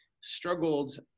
struggled